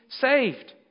saved